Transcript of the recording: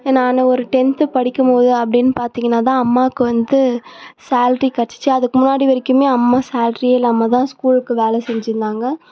நானும் ஒரு டென்த்து படிக்கும்போது அப்படின்னு பார்த்திங்கனாதான் அம்மாவுக்கு வந்து சேல்ரி கெடைச்சிச்சு அதுக்கு முன்னாடி வரைக்குமே அம்மா சேலரியே இல்லாமல் தான் ஸ்கூலுக்கு வேலை செஞ்சுன்னு இருந்தாங்க